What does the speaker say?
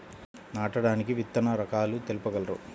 నాటడానికి విత్తన రకాలు తెలుపగలరు?